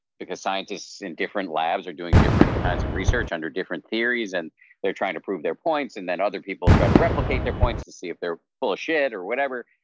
because scientists in different labs are doing different kinds of research under different theories, and they're trying to prove their points, and then other people try to replicate their points to see if they're full of shit, or whatever.